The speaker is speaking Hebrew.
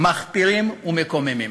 מחפירים ומקוממים.